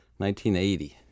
1980